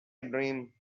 dream